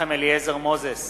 מנחם אליעזר מוזס,